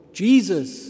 Jesus